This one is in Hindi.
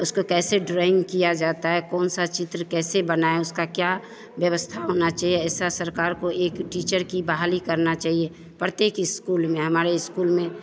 उसको कैसे ड्राइन्ग की जाती है कौन सा चित्र कैसे बनाया उसका क्या व्यवस्था होनी चाहिए ऐसा सरकार को एक टीचर की बहाली करनी चाहिए प्रत्येक इस्कूल में हमारे इस्कूल में